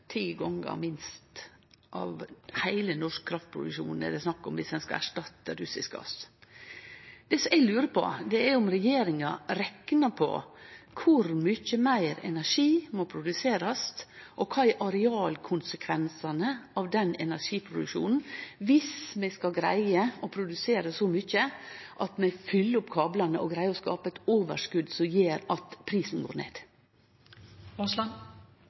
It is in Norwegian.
viss ein skal erstatte russisk gass. Det eg lurer på, er om regjeringa reknar på kor mykje meir energi som må produserast, og kva som er arealkonsekvensane av den energiproduksjonen viss vi skal greie å produsere så mykje at vi fyller opp kablane og greier å skape eit overskot som gjer at prisen går